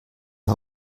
die